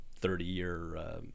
30-year